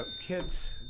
kids